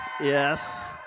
Yes